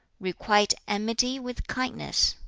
requite enmity with kindness?